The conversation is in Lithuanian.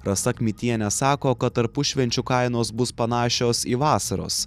rasa kmitienė sako kad tarpušvenčiu kainos bus panašios į vasaros